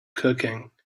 cooking